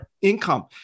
income